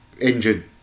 injured